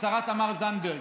השרה תמר זנדברג,